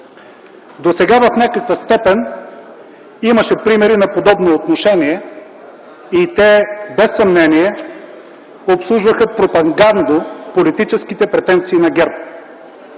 Досега в някаква степен имаше примери на подобно отношение и те без съмнение обслужваха пропагандно политическите претенции на ГЕРБ.